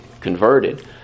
converted